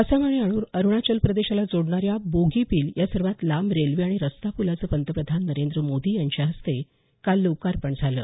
आसाम आणि अरुणाचल प्रदेशाला जोडणाऱ्या बोगीबील या सर्वात लांब रेल्वे आणि रस्ता पुलाचं पंतप्रधान नरेंद्र मोदी यांच्या हस्ते काल लोकार्पण झालं